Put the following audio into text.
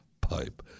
Pipe